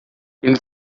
ele